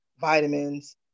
vitamins